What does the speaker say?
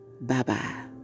Bye-bye